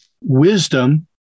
wisdom